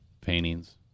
paintings